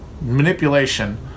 manipulation